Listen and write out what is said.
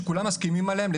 שכולם מסכימים עליהם,